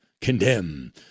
condemn